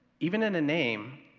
even in the name,